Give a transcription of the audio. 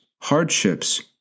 hardships